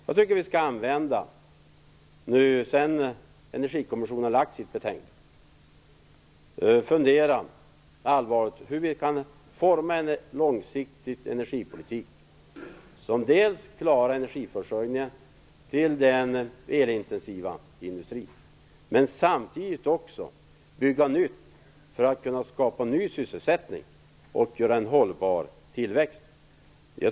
Jag tycker att vi nu, när Energikommissionen har lagt fram sitt betänkande, skall fundera allvarligt på hur vi kan forma en långsiktig energipolitik som klarar energiförsörjningen till den elintensiva industrin. Samtidigt skall vi också bygga nytt för att kunna skapa ny sysselsättning och en hållbar tillväxt.